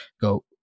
go